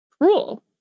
Rule